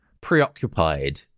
preoccupied